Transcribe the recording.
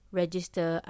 register